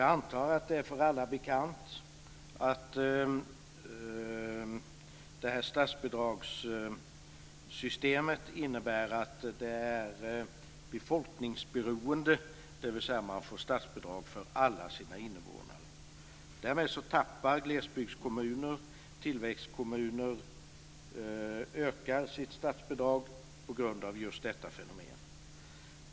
Jag antar att det är för alla bekant att statsbidragssystemet är befolkningsberoende, dvs. man får statsbidrag för alla sina invånare. Därmed tappar glesbygdskommuner sitt statsbidrag och tillväxtkommuner ökar sitt på grund av just detta fenomen.